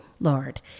Lord